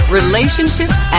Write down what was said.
relationships